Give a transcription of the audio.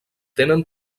tenen